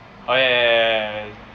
orh ya ya ya ya